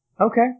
okay